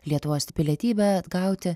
lietuvos pilietybę atgauti